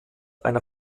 einer